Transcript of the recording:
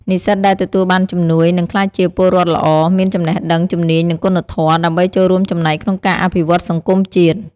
និស្សិតដែលទទួលបានជំនួយ នឹងក្លាយជាពលរដ្ឋល្អ មានចំណេះដឹង ជំនាញ និងគុណធម៌ ដើម្បីចូលរួមចំណែកក្នុងការអភិវឌ្ឍន៍សង្គមជាតិ។